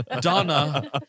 Donna